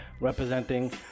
representing